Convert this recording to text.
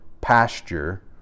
pasture